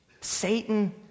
Satan